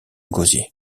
gosier